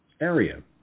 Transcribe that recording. area